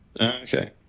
Okay